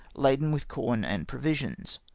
laden with corn and pro visions.